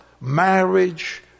marriage